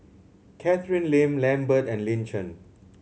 Catherine Lim Lambert and Lin Chen